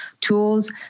tools